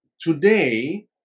today